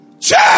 Check